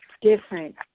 different